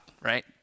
right